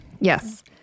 Yes